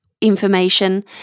information